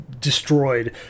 destroyed